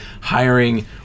hiring